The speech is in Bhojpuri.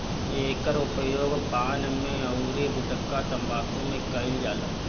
एकर उपयोग पान में अउरी गुठका तम्बाकू में कईल जाला